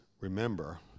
remember